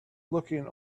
looking